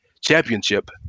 championship